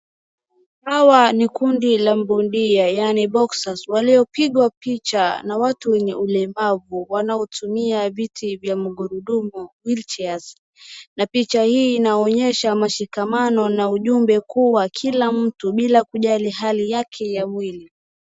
Hawa ni kundi la mbondia yaani boxers , waliopigwa picha na watu wenye ulemavu wanaotumia viti vya magurudumu, wheelchairs , na picha hii inaonyesha mashikamano na ujumbe kuu wa kila mtu bila kujali hali yake ya mwili.